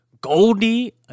Goldie